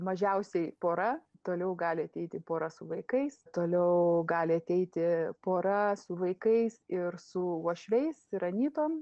mažiausiai pora toliau gali ateiti pora su vaikais toliau gali ateiti pora su vaikais ir su uošviais ir anytom